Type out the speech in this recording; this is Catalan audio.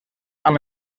amb